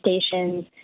stations